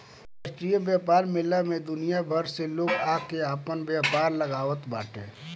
अंतरराष्ट्रीय व्यापार मेला में दुनिया भर से लोग आके आपन व्यापार लगावत बाटे